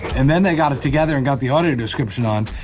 and then they got it together and got the audio description on.